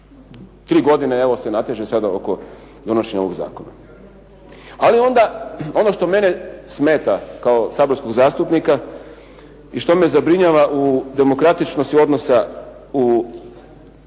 tri godine, evo se nateže sada oko donošenja ovog zakona. Ali onda ono što mene smeta kao saborskog zastupnika i što me zabrinjava u demokratičnosti odnosa u ovome